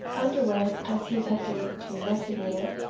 underwent, as he attempted to investigate it,